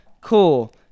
cool